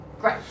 Great